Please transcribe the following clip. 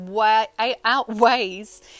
outweighs